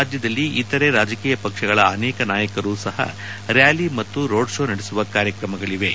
ರಾಜ್ಯದಲ್ಲಿ ಇತರೆ ರಾಜಕೀಯ ಪಕ್ಷಗಳ ಅನೇಕ ನಾಯಕರೂ ಸಹ ರ್ಕಾಲಿ ಮತ್ತು ರೋಡ್ ಶೋ ನಡೆಸುವ ಕಾರ್ಯಕ್ರಮಗಳಿವೆ